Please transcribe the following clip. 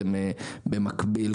במקביל,